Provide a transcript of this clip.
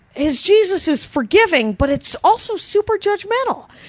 his jesus is forgiving, but it's also super judgmental.